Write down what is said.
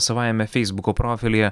savajame feisbuko profilyje